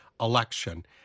election